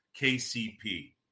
KCP